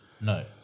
no